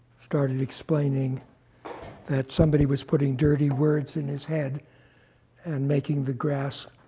started explaining that somebody was putting dirty words in his head and making the grass